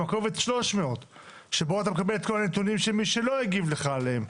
עם הקובץ 300. שבו אתה מקבל את כל הנתונים של מי שלא הגיב לך עליהם.